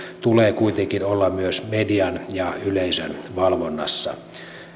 tulee kuitenkin olla myös median ja yleisön valvonnassa